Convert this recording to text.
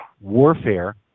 warfare